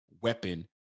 weapon